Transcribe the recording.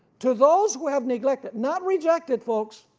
to those who have neglected, not rejected folks.